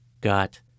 got